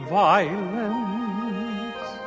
violence